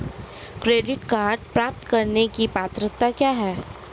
Credit card प्राप्त करने की पात्रता क्या है?